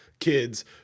kids